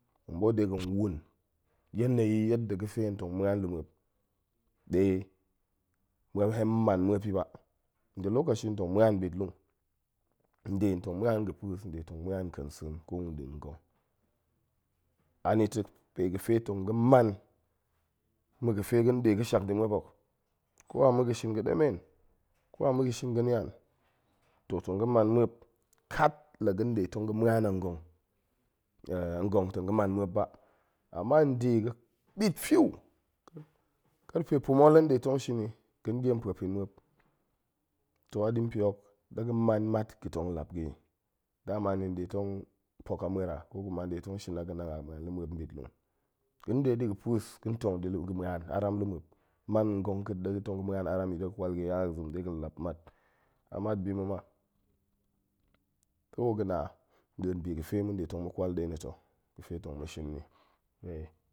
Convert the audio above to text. Tong ɓoot de ga̱n wun yaneyi ga̱ fe hen tong ma̱an luu muop ɗe hen man muop i ba. nda̱ lokashi hen tong ma̱an nɓitlung, nde tong ga̱ pa̱es, nde tong ma̱an ka̱ensa̱a̱n ko nɗin ngong, anito pe ga̱ fe tong man ma̱ ga̱ fe ga̱ ɗe ga̱shak nda̱ muop ho, ko a ma̱ shin ga̱ ɗemen, ko a ma̱ shin ga̱ nian, toh, tong ga̱ man muop, kat la ga̱ nɗe tong ga̱ ma̱an an ngong ngong tong ga̱ man muop ba. ama nde ɓit fiu, karfe pa̱ma̱ la nɗe tong shin i, ga̱n ɗiem puo pin muop, toh a ɗi npe hok ɗe ga̱ man mat ga̱ tong lap ga̱ i. dama ni nɗe tong pa̱ek a ma̱er a kokuma ni ɗe tong shin a ga̱nang a, ma̱an nɓitlung. ga̱n ɗe ɗi ga̱ pa̱es, ga̱ tong ɗi ga̱ ma̱an aram luu muop, man gong ka̱a̱t ɗe ga̱ tong ga̱ ma̱an aram i ga̱ kwal ga̱ yin ai ga̱ zem de ga̱n lap mat. a mat bi ma̱ ma. toh ga̱ na nɗin bi ga̱ fe ma̱n ɗe tong mu kwal nɗe na̱ toh, ga̱ fe tong ma̱ shin ni ɗe.